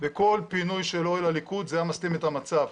בכל פינוי של אוהל הליכוד זה היה מסלים את המצב,